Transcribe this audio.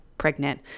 pregnant